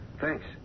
Thanks